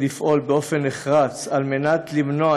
אנו מתכוונים לפעול באופן נחרץ למנוע את